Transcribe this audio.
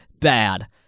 bad